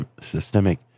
systemic